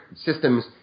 systems